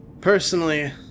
personally